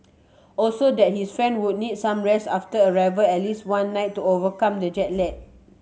also that his friend would need some rest after arrival at least one night to overcome the jet lag